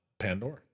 pandora